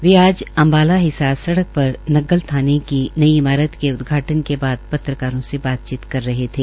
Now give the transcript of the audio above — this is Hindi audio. वे आज अम्बाला हिसार सड़क पर नग्गल थाने की नई इमारत के उदघाटन के बाद पत्रकारों से बातचीत कर रहे थे